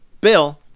Bill